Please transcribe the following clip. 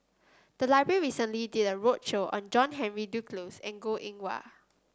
the library recently did a roadshow on John Henry Duclos and Goh Eng Wah